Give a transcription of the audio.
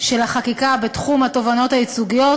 של החקיקה בתחום התובענות הייצוגיות,